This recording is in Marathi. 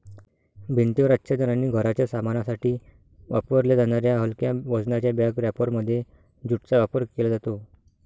भिंतीवर आच्छादन आणि घराच्या सामानासाठी वापरल्या जाणाऱ्या हलक्या वजनाच्या बॅग रॅपरमध्ये ज्यूटचा वापर केला जातो